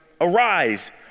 Arise